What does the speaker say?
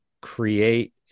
create